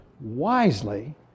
wisely